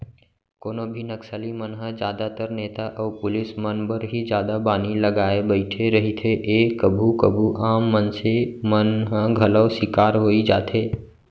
कोनो भी नक्सली मन ह जादातर नेता अउ पुलिस मन बर ही जादा बानी लगाय बइठे रहिथे ए कभू कभू आम मनसे मन ह घलौ सिकार होई जाथे